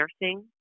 nursing